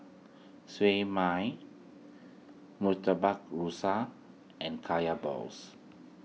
Siew Mai Murtabak Rusa and Kaya Balls